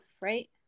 right